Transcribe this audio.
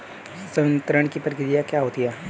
संवितरण की प्रक्रिया क्या होती है?